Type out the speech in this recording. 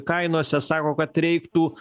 kainose sako kad reiktų